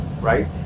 right